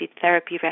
therapy